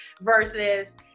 versus